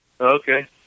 Okay